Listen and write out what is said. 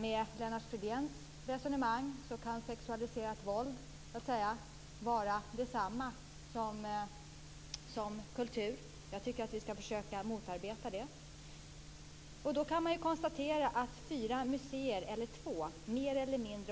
Med Lennart Fridéns resonemang kan sexualiserat våld så att säga vara detsamma som kultur. Jag tycker att vi skall försöka motarbeta det. Man kan konstatera att fyra museer eller två, mer